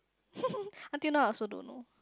until now I also don't know